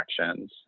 actions